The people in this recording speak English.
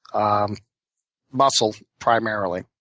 um muscle primarily.